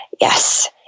Yes